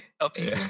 okay